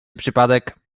przypadek